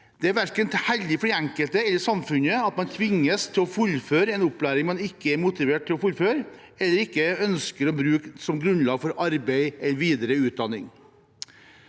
Det er ikke heldig verken for den enkelte eller for samfunnet at man «tvinges» til å fullføre en opplæring man ikke er motivert til å fullføre eller ønsker å bruke som grunnlag for arbeid eller videre utdanning.